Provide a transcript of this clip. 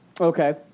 Okay